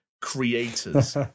creators